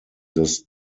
this